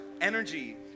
energy